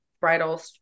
bridal